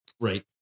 right